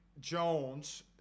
Jones